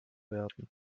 werden